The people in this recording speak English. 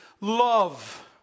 love